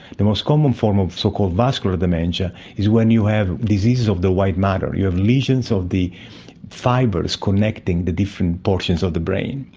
the most common form of so-called vascular dementia is when you have diseases of the white matter, you have lesions of the fibres connecting the different portions of the brain,